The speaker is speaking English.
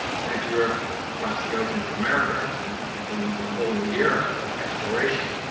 sent europe across the ocean to america. and then there's a whole new era of exploration